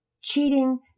cheating